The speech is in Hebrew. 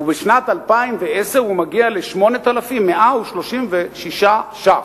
ובשנת 2010 הוא מגיע ל-8,136 ש"ח.